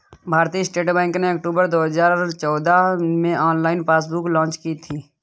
भारतीय state bank ने अक्टूबर दो हजार चौदह में ऑनलाइन पासबुक लॉन्च की थी